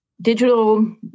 digital